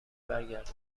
برگردد